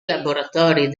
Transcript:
laboratori